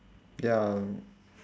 ya